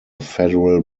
federal